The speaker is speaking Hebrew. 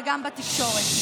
וגם בתקשורת.